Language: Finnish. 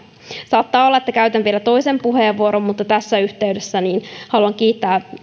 saattaa olla että käytän vielä toisen puheenvuoron mutta tässä yhteydessä haluan kiittää